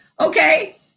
okay